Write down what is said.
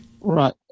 Right